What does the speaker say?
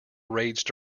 raged